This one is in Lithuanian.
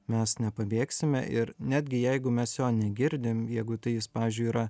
mes nepabėgsime ir netgi jeigu mes jo negirdim jeigu tai jis pavyzdžiui yra